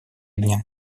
дня